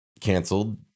canceled